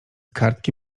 kartki